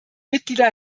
mitglieder